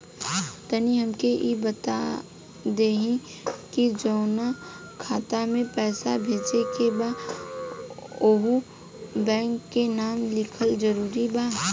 तनि हमके ई बता देही की जऊना खाता मे पैसा भेजे के बा ओहुँ बैंक के नाम लिखल जरूरी बा?